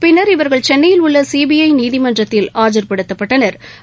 பின்னா் இவா்கள் சென்னையில் உள்ள சிபிஐ நீதிமன்றத்தில் ஆஜாபடுத்தப்பட்டனா்